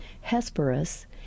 Hesperus